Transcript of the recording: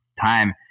time